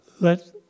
let